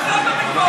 תוציא אותו מפה.